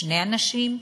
שני אנשים?